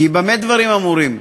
כי, במה דברים אמורים?